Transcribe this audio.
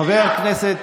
חבר הכנסת,